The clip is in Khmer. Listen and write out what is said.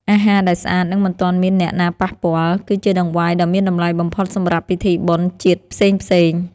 អាហារដែលស្អាត និងមិនទាន់មានអ្នកណាប៉ះពាល់ គឺជាដង្វាយដ៏មានតម្លៃបំផុតសម្រាប់ពិធីបុណ្យជាតិផ្សេងៗ។